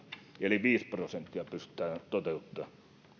eli viisi prosenttia pystytään toteuttamaan